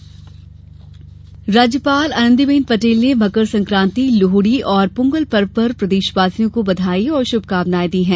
राज्यपाल शुभकामनाएं राज्यपाल आनंदीबेन पटेल ने मकर संक्रांति लोहड़ी और पोंगल पर्व पर प्रदेशवासियों को बधाई और शुभकामनाएं दी हैं